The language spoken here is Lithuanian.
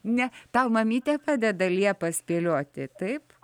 ne tau mamytė padeda liepa spėlioti taip